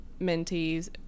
mentees